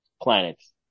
planets